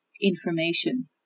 information